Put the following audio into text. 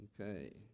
okay